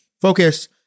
focus